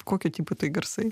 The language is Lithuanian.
kokio tipo tai garsai